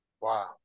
Wow